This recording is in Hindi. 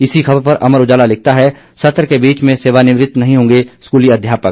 इसी ख़बर पर अमर उजाला लिखता है सत्र के बीच में सेवानिवृत नहीं होंगे स्कूली अध्यापक